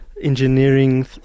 engineering